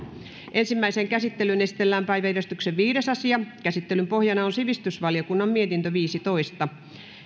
ensimmäiseen käsittelyyn esitellään päiväjärjestyksen viides asia käsittelyn pohjana on sivistysvaliokunnan mietintö viisitoista